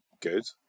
good